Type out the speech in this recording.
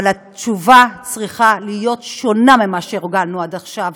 אבל התשובה צריכה להיות שונה ממה שהורגלנו עד עכשיו,